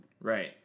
Right